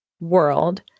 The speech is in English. world